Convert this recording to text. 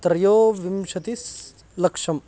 त्रयोविंशतिसहस्रं लक्षम्